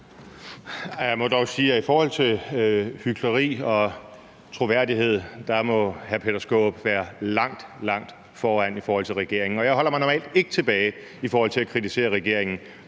Jeg må dog sige, at når det gælder hykleri og troværdighed, må hr. Peter Skaarup være langt, langt foran i forhold til regeringen. Jeg holder mig normalt ikke tilbage med at kritisere regeringen,